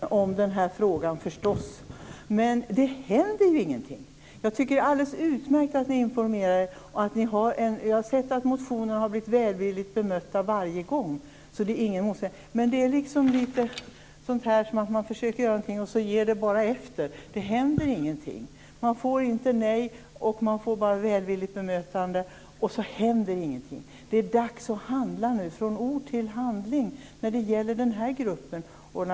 Herr talman! Det är förstås bra med ett betänkande om den här frågan, men det händer ju ingenting. Det är alldeles utmärkt att ni håller er informerade. Jag har sett att motioner på området blivit välvilligt bemötta varje gång, så det är inte fråga om någon motsättning. Det verkar som att man försöker göra någonting men att man ger efter. Ingenting händer. Det blir inte ett nej, utan det blir bara ett välvilligt bemötande. Sedan händer ingenting. Men nu är det dags att handla, att gå från ord till handling, när det gäller gruppen hemlösa.